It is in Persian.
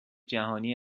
جهانی